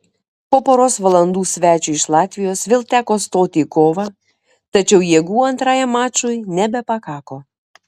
po poros valandų svečiui iš latvijos vėl teko stoti į kovą tačiau jėgų antrajam mačui nebepakako